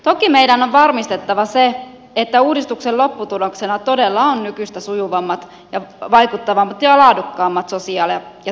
toki meidän on varmistettava se että uudistuksen lopputuloksena todella on nykyistä sujuvammat ja vaikuttavammat ja laadukkaammat sosiaali ja terveyspalvelut